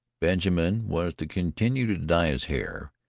benjamin was to continue to dye his hair.